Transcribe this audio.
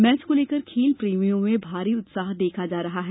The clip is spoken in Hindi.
मैच को लेकर खेल प्रेमियों में भारी उत्साह देखा जा रहा है